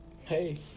hey